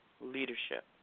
leadership